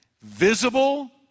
visible